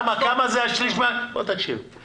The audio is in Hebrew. כמה זה שליש מהכסף?